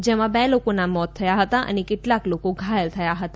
જેમાં બે લોકોના મોત થયા હતા અને કેટલાક લોકો ઘાયલ થયા હતા